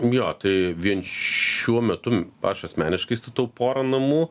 jo tai vien šiuo metu aš asmeniškai statau porą namų